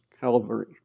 Calvary